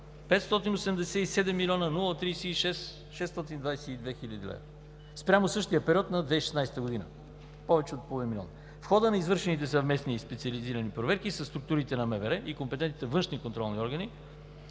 587 036 622 лв. спрямо същия период на 2016 г. – повече от половин милион. В хода на извършените съвместни и специализирани проверки със структурите на МВР и компетентните външни контролни органи